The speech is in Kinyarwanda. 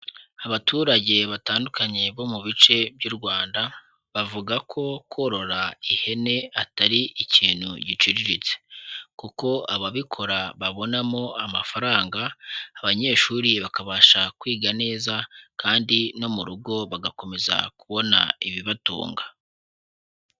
Abaturage batandukanye bo mu bice by'u Rwanda, bavuga ko korora ihene atari ikintu giciriritse kuko ababikora babonamo amafaranga, abanyeshuri bakabasha kwiga neza kandi no mu rugo bagakomeza kubona ibibatunga.